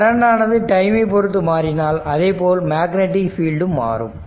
current ஆனது டைமை பொருத்து மாறினால் அதேபோல் மேக்னெட்டிக் பீல்டும் மாறும்